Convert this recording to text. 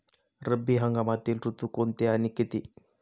रब्बी हंगामातील ऋतू कोणते आणि किती?